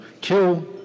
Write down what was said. kill